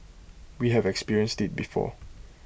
we have experienced IT before